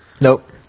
Nope